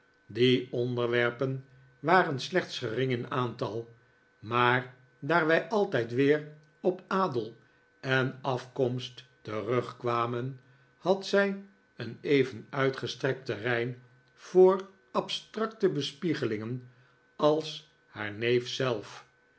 die onderwerpen waren slechts gering in aantal maar daar wij altijd weer op adel en afkomst terugkwamen had zij een even uitgestrekt terrein voor abstracte bespiegelingen als haar neef zelf